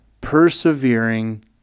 persevering